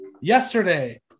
Yesterday